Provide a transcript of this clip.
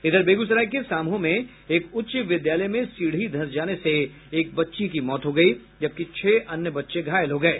इधर बेगूसराय के सामहो में एक उच्च विद्यालय में सीढ़ी धंस जाने से एक बच्ची की मौत हो गयी जबकि छह अन्य बच्चे घायल हो गये